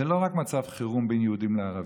זה לא רק מצב חירום בין יהודים לערבים,